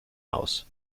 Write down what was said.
aus